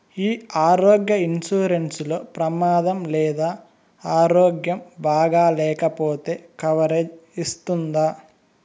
ఈ ఆరోగ్య ఇన్సూరెన్సు లో ప్రమాదం లేదా ఆరోగ్యం బాగాలేకపొతే కవరేజ్ ఇస్తుందా?